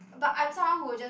but I'm someone who will just